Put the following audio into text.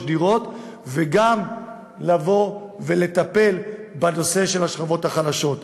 דירות וגם לבוא ולטפל בנושא של השכבות החלשות.